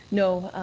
no.